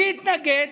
מי התנגד?